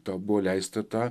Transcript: tau buvo leista tą